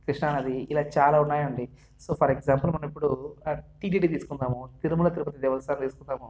కృష్ణా నది ఇలా చాలా ఉన్నాయండి సో ఫర్ ఎగ్జాంపుల్ మనం ఇప్పుడు టిటిడి తీసుకున్నాము తిరుమల తిరుపతి దేవస్థానం తీసుకున్నాము